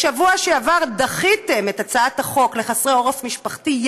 בשבוע שעבר דחיתם את הצעת החוק לחסרי עורף משפחתי,